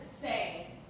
say